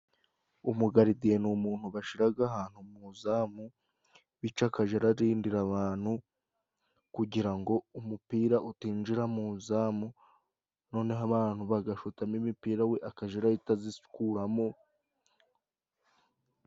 Umugarideye ni umuntu bashiraga ahantu muzamu bico akaja ararindira abantu kugira ngo umupira utinjira muzamu noneho abantu bagashotamo imipira we akaja arahita azikuramo.